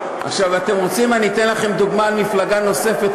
אתם רוצים שאני אתן לכם דוגמה על מפלגה נוספת,